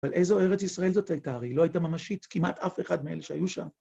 אבל איזו ארץ ישראל זאת הייתה, הרי היא לא הייתה ממשית. כמעט אף אחד מאלה שהיו שם.